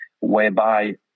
whereby